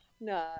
no